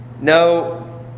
No